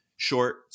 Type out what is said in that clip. short